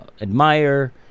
admire